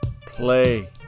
play